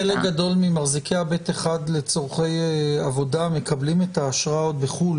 חלק גדול ממחזיקי ב1 לצורכי עבודה מקבלים את האשרה עוד בחו"ל,